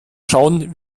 schauen